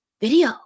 video